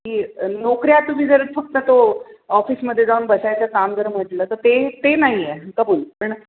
की नोकऱ्या तुम्ही जर फक्त तो ऑफिसमध्ये जाऊन बसायचं काम जर म्हंटलं तर ते ते नाही आहे कबूल पण